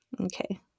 Okay